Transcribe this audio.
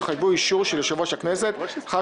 יחייבו אישור של יושב ראש הכנסת לאחר